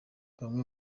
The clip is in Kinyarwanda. bamwe